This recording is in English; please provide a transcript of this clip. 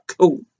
Cool